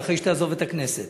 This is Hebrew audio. אחרי שתעזוב את הכנסת,